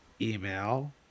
email